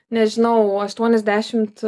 nežinau o aštuoniasdešimt